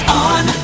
on